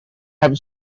have